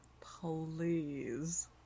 Please